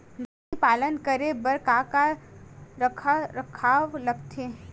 बकरी पालन करे बर काका रख रखाव लगथे?